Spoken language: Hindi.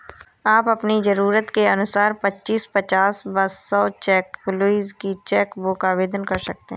आप अपनी जरूरत के अनुसार पच्चीस, पचास व सौ चेक लीव्ज की चेक बुक आवेदन कर सकते हैं